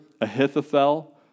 Ahithophel